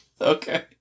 okay